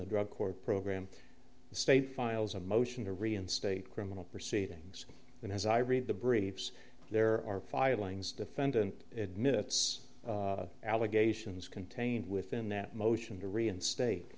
the drug court program the state files a motion to reinstate criminal proceedings and as i read the briefs there are filings defendant minutes allegations contained within that motion to reinstate